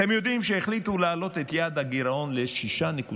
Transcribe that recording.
אתם יודעים שהחליטו להעלות את יעד הגירעון ל-6.6%.